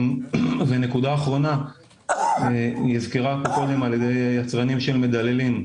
נקודה אחרונה, נזכרה פה גם על-ידי יצרנים שמדללים.